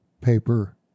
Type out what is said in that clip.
paper